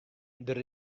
der